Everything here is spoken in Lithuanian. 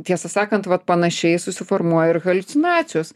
tiesą sakant vat panašiai susiformuoja ir haliucinacijos